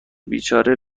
بیچاره